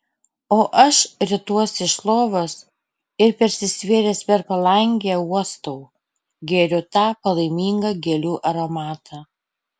o aš rituosi iš lovos ir persisvėręs per palangę uostau geriu tą palaimingą gėlių aromatą